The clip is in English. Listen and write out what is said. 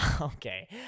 Okay